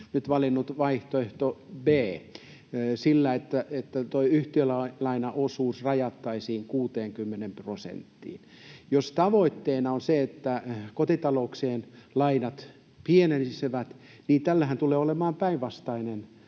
nyt valinnut vaihtoehto B:n siinä, että tuo yhtiölainaosuus rajattaisiin 60 prosenttiin. Jos tavoitteena on se, että kotitalouksien lainat pienenisivät, niin se johtaa päinvastaiseen